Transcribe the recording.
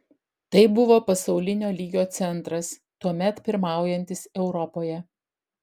tai buvo pasaulinio lygio centras tuomet pirmaujantis europoje